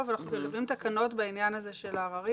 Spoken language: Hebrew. ואנחנו מתקינים תקנות בעניין הזה של עררים,